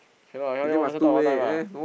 cannot can only one person talk one time lah